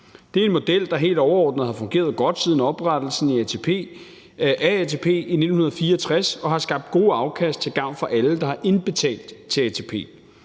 Det er en model, der helt overordnet har fungeret godt siden oprettelsen af ATP i 1964, og som har skabt gode afkast til gavn for alle, der har indbetalt til ATP.